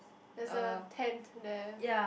there's a tent there